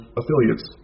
affiliates